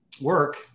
work